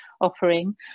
offering